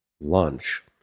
lunch